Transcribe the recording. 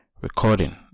Recording